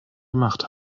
gemacht